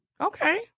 Okay